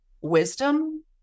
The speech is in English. wisdom